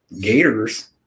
Gators